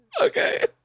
Okay